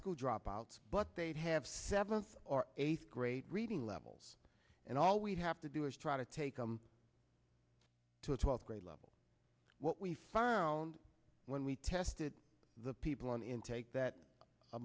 school dropouts but they'd have seventh or eighth grade reading levels and all we'd have to do is try to take them to a twelfth grade level what we found when we tested the people on intake that a